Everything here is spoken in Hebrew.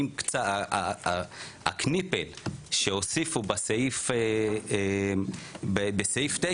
האם הקניפל שהוסיפו בסעיף 9,